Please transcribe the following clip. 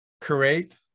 create